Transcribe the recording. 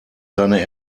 seine